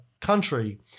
country